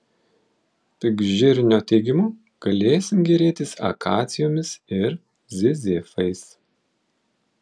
pikžirnio teigimu galėsim gėrėtis akacijomis ir zizifais